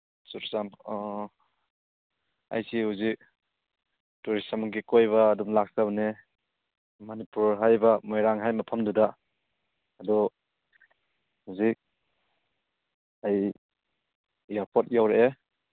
ꯑꯩꯁꯤ ꯍꯧꯖꯤꯛ ꯇꯨꯔꯤꯁ ꯑꯃꯒꯤ ꯀꯣꯏꯕ ꯑꯗꯨꯝ ꯂꯥꯛꯆꯕꯅꯤ ꯃꯅꯤꯄꯨꯔ ꯍꯥꯏꯔꯤꯕ ꯃꯣꯏꯔꯥꯡ ꯍꯥꯏꯔꯤꯕ ꯃꯐꯝꯗꯨꯗ ꯑꯗꯨ ꯍꯧꯖꯤꯛ ꯑꯩ ꯏꯌꯔꯄꯣꯔꯠ ꯌꯧꯔꯛꯑꯦ